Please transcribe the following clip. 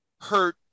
hurt